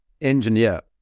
engineer